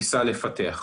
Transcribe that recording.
ניסה לפתח.